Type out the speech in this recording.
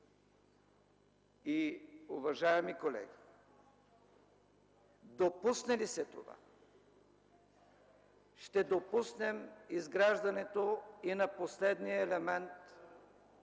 Уважаеми колеги, допусне ли се това, ще допуснем изграждането и на последния елемент